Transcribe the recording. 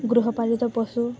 ଗୃହପାଳିତ ପଶୁ